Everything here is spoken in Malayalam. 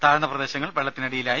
താഴ്ന്ന പ്രദേശങ്ങൾ വെള്ളത്തിനടിയിലായി